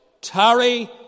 tarry